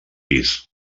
pis